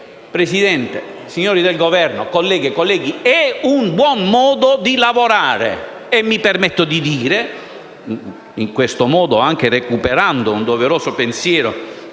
Presidente, signori del Governo, colleghe e colleghi, sia un buon modo di lavorare, e mi permetto di sottolineare, in questo modo anche recuperando un doveroso pensiero di